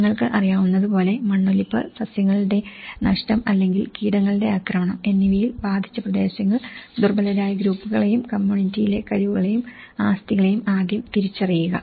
നിങ്ങൾക്ക് അറിയാവുന്നതുപോലെ മണ്ണൊലിപ്പ് സസ്യങ്ങളുടെ നഷ്ടം അല്ലെങ്കിൽ കീടങ്ങളുടെ ആക്രമണം എന്നിവയാൽ ബാധിച്ച പ്രദേശങ്ങൾ ദുർബലരായ ഗ്രൂപ്പുകളെയും കമ്മ്യൂണിറ്റിയിലെ കഴിവുകളെയും ആസ്തികളെയും ആദ്യം തിരിച്ചറിയുക